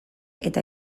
eta